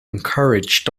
encouraged